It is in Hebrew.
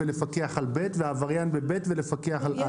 ולפקח על ב' ועבריין ב-ב' ולפקח על א'.